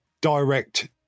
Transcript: direct